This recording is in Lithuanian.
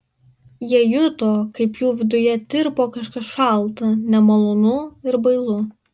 jie juto kaip jų viduje tirpo kažkas šalta nemalonu ir bailu